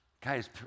Guys